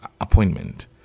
appointment